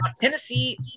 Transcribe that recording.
Tennessee –